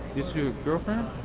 is your girlfriend?